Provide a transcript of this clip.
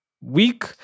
week